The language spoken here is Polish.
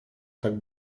tak